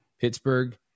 Pittsburgh